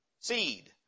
seed